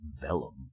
Vellum